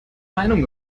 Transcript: meinung